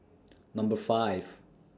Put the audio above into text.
Number five